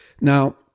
now